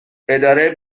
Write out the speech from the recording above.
اداره